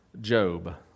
Job